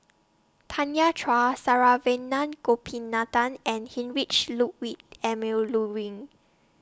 Tanya Chua Saravanan Gopinathan and Heinrich Ludwig Emil Luering